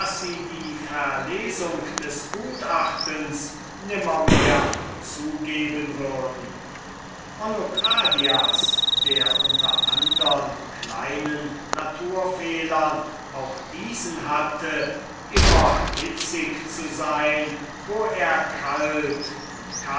die verlesung des gutachtens nimmermehr zugeben würden onokradias der unter andern kleinen naturfehlern auch diesen hatte immer hitzig zu sein wo er kalt und